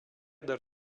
dar